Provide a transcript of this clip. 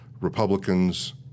Republicans